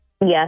Yes